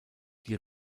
die